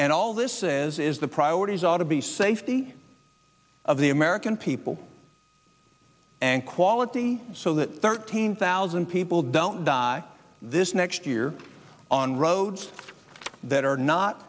and all this says is the priorities ought to be safety of the american people and quality so that thirteen thousand people don't die this next year on roads that are not